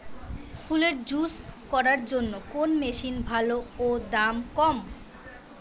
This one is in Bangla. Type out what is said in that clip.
ফলের জুস করার জন্য কোন মেশিন ভালো ও দাম কম?